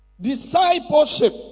discipleship